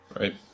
right